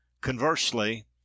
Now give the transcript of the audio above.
conversely